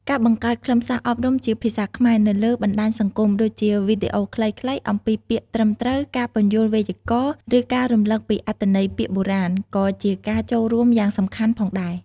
ការបង្កើតខ្លឹមសារអប់រំជាភាសាខ្មែរនៅលើបណ្តាញសង្គម ដូចជាវីដេអូខ្លីៗអំពីពាក្យត្រឹមត្រូវ ការពន្យល់វេយ្យាករណ៍ ឬការរំលឹកពីអត្ថន័យពាក្យបុរាណ ក៏ជាការចូលរួមយ៉ាងសំខាន់ផងដែរ។